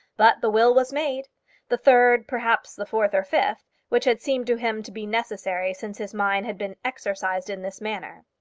but the will was made the third, perhaps the fourth or fifth, which had seemed to him to be necessary since his mind had been exercised in this matter.